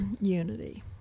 unity